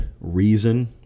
reason